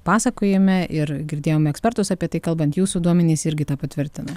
pasakojime ir girdėjome ekspertus apie tai kalbant jūsų duomenys irgi tą patvirtina